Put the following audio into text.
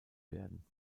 werden